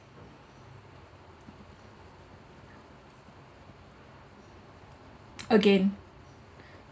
again